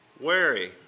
wary